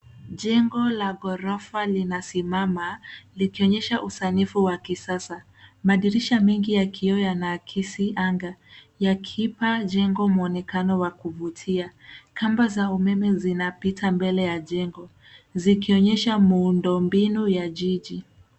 Jengo la ghorofa linasimama likionyesha usanifu wa kisasa. Madirisha mengi ya kioo yanaakisi anga, yakipa jengo mwonekano wa kuvutia. Kamba za umeme zinapita mbele ya mjengo, zikionyesha muundo mbinu ya jiji.